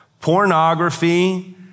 Pornography